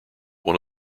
one